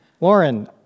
Lauren